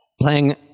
playing